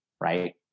right